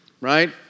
Right